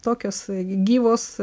tokios gyvos